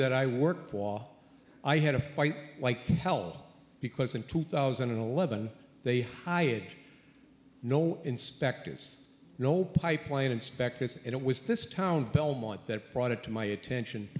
that i worked wall i had to fight like hell because in two thousand and eleven they hired no inspectors no pipeline inspectors and it was this town belmont that brought it to my attention